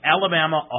Alabama